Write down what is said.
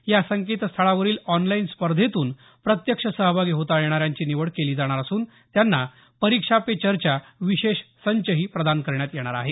या संकेतस्थळावरील ऑनलाईन स्पर्धेतून प्रत्यक्ष सहभागी होता येणाऱ्यांची निवड केली जाणार असून त्यांना परीक्षा पे चर्चा विशेष संचही प्रदान करण्यात येणार आहे